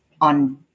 on